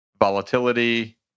volatility